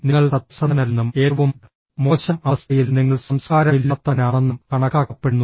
നിങ്ങൾ സത്യസന്ധനല്ലെന്നും ഏറ്റവും മോശം അവസ്ഥയിൽ നിങ്ങൾ സംസ്കാരമില്ലാത്തവനാണെന്നും കണക്കാക്കപ്പെടുന്നു